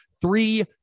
three